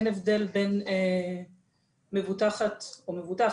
אין הבדל בין מבוטח או מבוטחת,